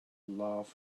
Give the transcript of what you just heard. laugh